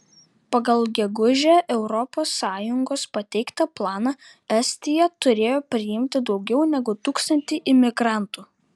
pagal gegužę europos sąjungos pateiktą planą estija turėjo priimti daugiau negu tūkstantį imigrantų